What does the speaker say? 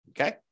Okay